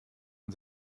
man